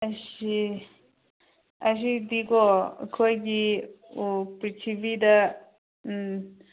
ꯑꯩꯁꯤ ꯑꯁꯤꯗꯤꯀꯣ ꯑꯩꯈꯣꯏꯒꯤ ꯄ꯭ꯔꯤꯊꯤꯕꯤꯗ